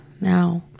now